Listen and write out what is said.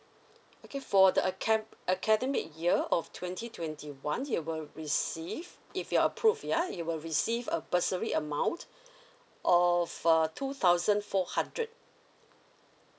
okay for the aca~ academic year of twenty twenty one you will receive if you're approved ya you will receive a bursary amount of uh two thousand four hundred